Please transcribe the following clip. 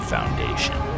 Foundation